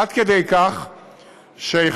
עד כדי כך שהחלטנו,